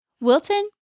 Wilton